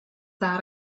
that